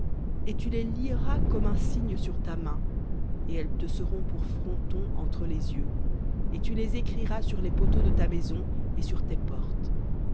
et tu les lieras comme un signe sur ta main et elles te seront pour fronteau entre les yeux et tu les écriras sur les poteaux de ta maison et sur tes portes